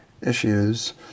issues